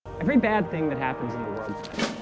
every bad thing that happens in the world today